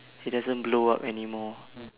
he doesn't blow up anymore